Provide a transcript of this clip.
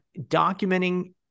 documenting